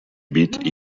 beat